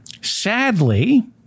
Sadly